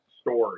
story